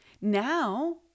Now